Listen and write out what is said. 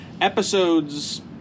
episodes